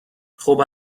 خوب